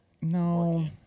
No